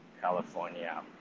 California